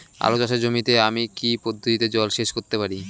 আলু চাষে জমিতে আমি কী পদ্ধতিতে জলসেচ করতে পারি?